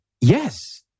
yes